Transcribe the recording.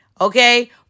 Okay